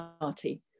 Party